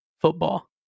football